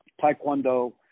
Taekwondo